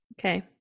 Okay